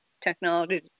technology